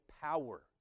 power